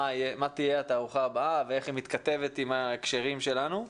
מה תהיה התערוכה הבאה ואיך היא מתכתבת עם ההקשרים שלנו.